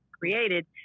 created